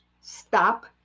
stop